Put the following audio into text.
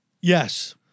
yes